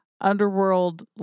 Underworld